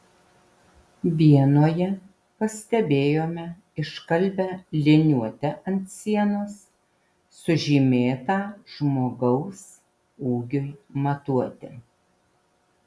vienoje pastebėjome iškalbią liniuotę ant sienos sužymėtą žmogaus ūgiui matuoti